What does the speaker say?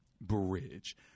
bridge